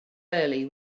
early